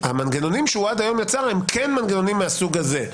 מנגנונים מהסוג הזה.